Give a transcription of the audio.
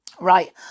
Right